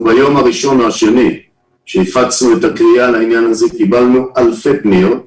ביום הראשון או השני שהפצנו את הקריאה לעניין הזה קבלנו אלפי פניות.